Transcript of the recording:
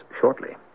shortly